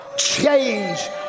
Change